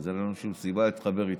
אז אין לנו שום סיבה להתחבר איתכם.